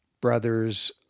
brothers